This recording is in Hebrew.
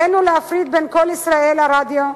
עלינו להפריד בין "קול ישראל", הרדיו,